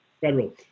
Federal